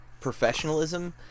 professionalism